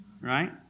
right